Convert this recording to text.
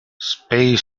space